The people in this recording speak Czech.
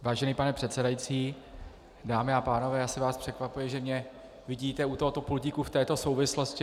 Vážený pane předsedající, dámy a pánové, asi vás překvapuje, že mě vidíte u tohoto pultíku v této souvislosti.